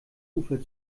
ufer